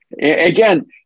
Again